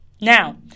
Now